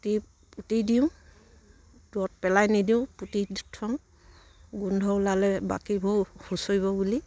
পুতি পুতি দিওঁ তত পেলাই নিদিওঁ পুতি থওঁ গোন্ধ ওলালে বাকিবোৰলে সোঁচৰিব বুলি